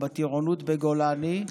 הוא בטירונות בגולני.